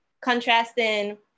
contrasting